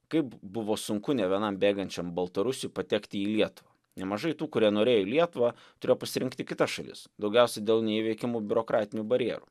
kaip buvo sunku ne vienam bėgančiam baltarusiui patekti į lietuvą nemažai tų kurie norėjo į lietuvą turėjo pasirinkti kitas šalis daugiausia dėl neįveikiamų biurokratinių barjerų